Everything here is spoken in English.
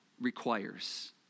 requires